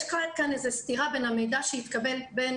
יש כאן סתירה בין המידע שהתקבל בין